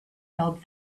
held